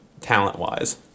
talent-wise